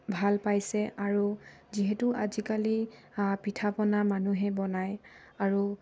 ভাল পাইছে আৰু যিহেতু আজিকালি পিঠা পনা মানুহে বনায় আৰু